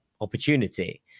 opportunity